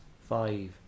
five